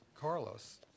Carlos